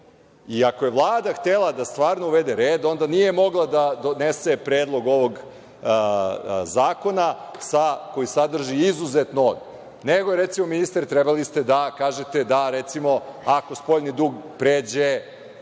ako je Vlada htela da stvarno uvede red onda nije mogla da donese predlog ovog zakona koji sadrži izuzetno, nego, recimo, ministre, trebali ste da kažete da, recimo, ako spoljni dug pređe